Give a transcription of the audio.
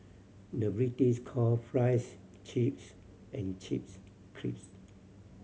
the British call fries chips and chips crisps